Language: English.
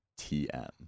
TM